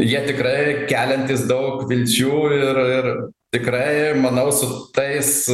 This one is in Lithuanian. jie tikrai keliantys daug vilčių ir ir tikrai manau su tais